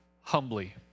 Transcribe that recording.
humbly